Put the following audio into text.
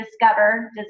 Discover